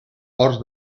ports